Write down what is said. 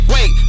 Wait